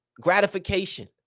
gratification